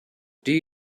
die